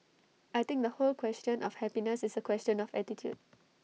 I think the whole question of happiness is A question of attitude